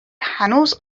هنوز